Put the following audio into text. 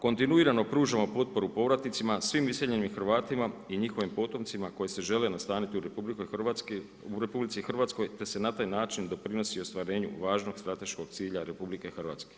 Kontinuirano pružamo potporu povratnicima, svim iseljenim Hrvatima i njihovim potomcima koji se žele nastaniti u RH te se na taj način doprinosi ostvarenju važnog strateškog cilja RH.